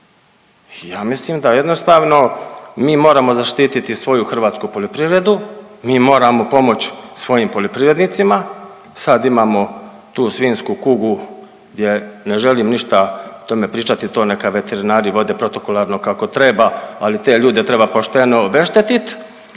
ja mislim da jednostavno mi moramo zaštititi svoju hrvatsku poljoprivredu, mi moramo pomoći svojim poljoprivrednicima. Sad imamo tu svinjsku kugu gdje ne želim ništa o tome pričati, to neka veterinari vode protokolarno kako treba, ali te ljude treba pošteno obeštetit.